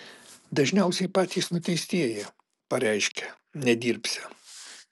dažniausiai patys nuteistieji pareiškia nedirbsią